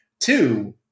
Two